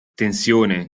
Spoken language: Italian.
tensione